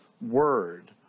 word